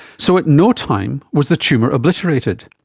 so at no time was the tumour obliterated.